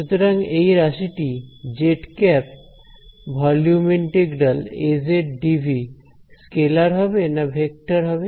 সুতরাং এই রাশিটি zˆ Az dV স্কেলার হবে না ভেক্টর হবে